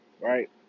right